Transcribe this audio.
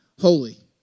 holy